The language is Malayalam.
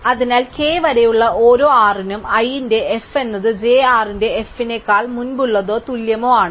അതിനാൽ k വരെയുള്ള ഓരോ r നും i ന്റെ f എന്നത് j r ന്റെ f നേക്കാൾ മുമ്പുള്ളതോ തുല്യമോ ആണ്